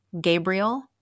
Gabriel